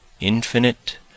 infinite